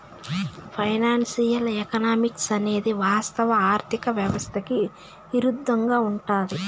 financial economics అనేది వాస్తవ ఆర్థిక వ్యవస్థకి ఇరుద్దంగా ఉంటది